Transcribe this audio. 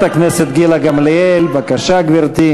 העולם היום אומר לנו: